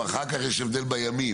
שאחר כך יש הבדל בימים,